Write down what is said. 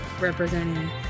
representing